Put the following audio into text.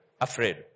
afraid